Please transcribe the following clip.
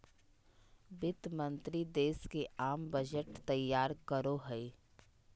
वित्त मंत्रि देश के आम बजट तैयार करो हइ